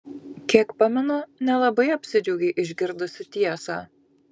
kiek pamenu nelabai apsidžiaugei išgirdusi tiesą